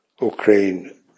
Ukraine